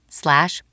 slash